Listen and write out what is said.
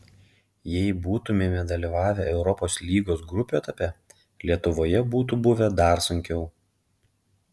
jei būtumėme dalyvavę europos lygos grupių etape lietuvoje būtų buvę dar sunkiau